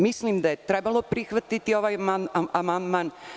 Mislim da je trebalo prihvatiti ovaj amandman.